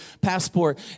passport